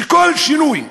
שכל שינוי,